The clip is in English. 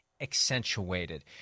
accentuated